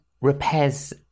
repairs